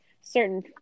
certain